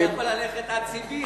אתה יכול ללכת עד סיביר,